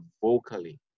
vocally